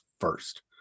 first